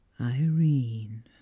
Irene